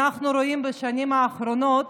בשנים האחרונות